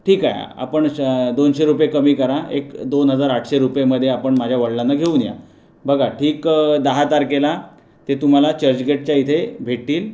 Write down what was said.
ठीक आहे आपण श दोनशे रुपये कमी करा एक दोन हजार आठशे रुपयेमध्ये आपण माझा वडलांना घेऊन या बघा ठीक दहा तारखेला ते तुम्हाला चर्चगेटच्या इथे भेटतील